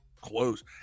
close